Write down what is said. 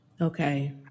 Okay